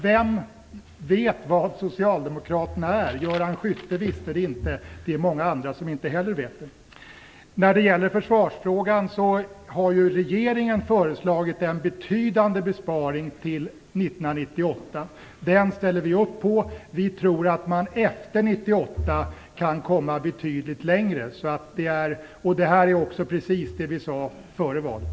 Vem vet vad Socialdemokraterna är? Göran Skytte visste det inte. Det är många andra som inte heller vet det. Regeringen har ju föreslagit en betydande besparing på försvaret till 1998. Vi ställer upp den. Vi tror att man kan komma betydligt längre efter 1998. Det är också precis vad vi sade före valet.